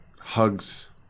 hugs